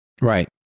Right